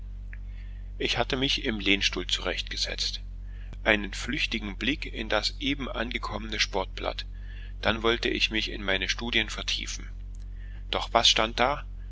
ich hatte mich im lehnstuhl zurechtgesetzt einen flüchtigen blick in das eben angekommene sportblatt dann wollte ich mich in meine studien vertiefen doch was stand da